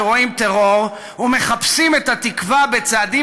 שרואים טרור ומחפשים את התקווה בצעדים